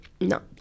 no